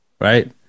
right